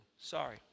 sorry